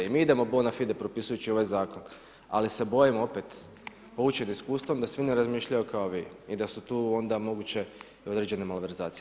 I mi idemo bona fide propisujući ovaj zakon, ali se bojim opet poučen iskustvom da svi ne razmišljaju kao vi i da su tu onda moguće određene malverzacije.